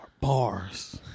bars